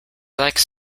likes